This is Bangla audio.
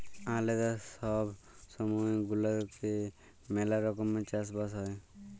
আলেদা ছব ছময় গুলাতে ম্যালা রকমের চাষ বাস হ্যয়